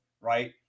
right